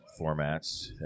formats